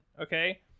okay